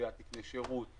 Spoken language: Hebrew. קביעת תקני שירות,